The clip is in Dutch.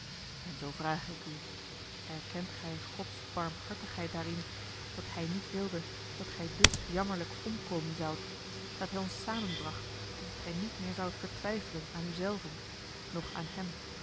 en zoo vrage ik u erkent gij gods barmhartigheid daarin dat hij niet wilde dat gij dus jammerlijk omkomen zoudt dat hij ons samenbracht opdat gij niet meer zoudt vertwijfelen aan u zelven nog aan hem